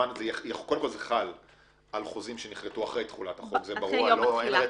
קודם כל זה חל על חוזים שנכרתו אחרי תחולת החוק - אין רטרואקטיבי.